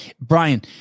Brian